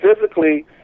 physically